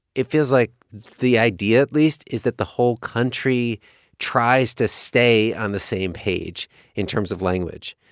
it feels like the idea, at least, is that the whole country tries to stay on the same page in terms of language.